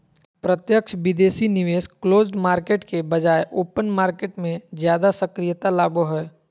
प्रत्यक्ष विदेशी निवेश क्लोज्ड मार्केट के बजाय ओपन मार्केट मे ज्यादा सक्रियता लाबो हय